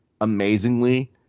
amazingly